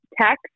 text